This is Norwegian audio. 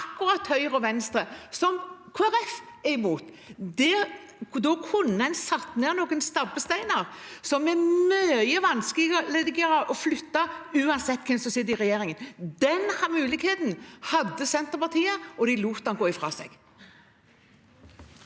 med Høyre og Venstre. Kristelig Folkeparti er imot. En kunne satt ned noen stabbesteiner som er mye vanskeligere å flytte, uansett hvem som sitter i regjering. Den muligheten hadde Senterpartiet, og de lot den gå fra seg.